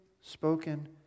spoken